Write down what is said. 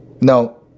No